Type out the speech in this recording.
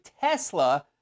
Tesla